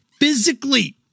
Physically